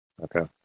Okay